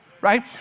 Right